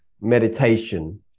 meditation